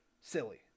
silly